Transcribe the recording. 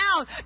out